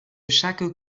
chaque